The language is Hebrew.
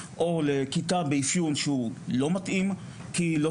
או לכיתה באפיון שהוא לא מתאים כי לא